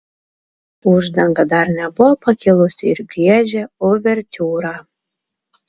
uždanga dar nebuvo pakilusi ir griežė uvertiūrą